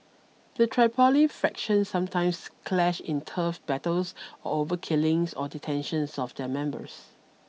the Tripoli factions sometimes clash in turf battles or over killings or detentions of their members